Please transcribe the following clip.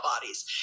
bodies